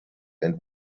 and